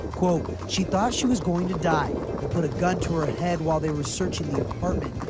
quote, she thought she was going to die. they put a gun to her head while they were searching the apartment.